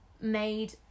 made